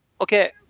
okay